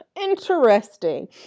Interesting